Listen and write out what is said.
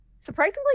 surprisingly